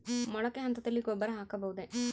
ಮೊಳಕೆ ಹಂತದಲ್ಲಿ ಗೊಬ್ಬರ ಹಾಕಬಹುದೇ?